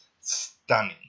stunning